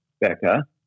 Becca